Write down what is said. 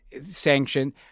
sanction